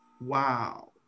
Wow